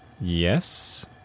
Yes